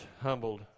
humbled